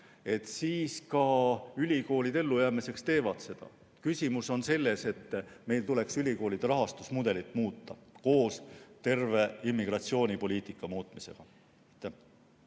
siis ülikoolid ellujäämiseks võtavad neid vastu. Küsimus on selles, et meil tuleks ülikoolide rahastamise mudelit muuta, muidugi koos terve immigratsioonipoliitika muutmisega.